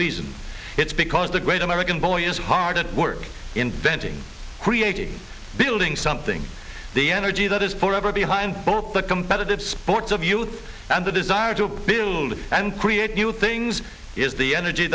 reason it's because the great american boy is hard at work inventing creating building something the energy that is forever behind both the competitive sports of youth and the desire to build and create new things is the energy